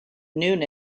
noon